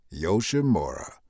yoshimura